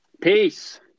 Peace